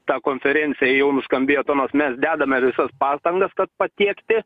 ta konferencija jau nuskambėjo tonas mes dedame visas pastangas kad patiekti